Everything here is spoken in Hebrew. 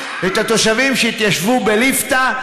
את התושבים שהתיישבו בליפתא.